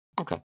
Okay